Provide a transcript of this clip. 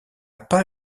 pas